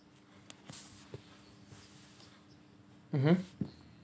mmhmm